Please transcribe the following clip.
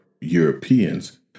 Europeans